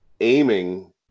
aiming